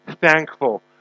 thankful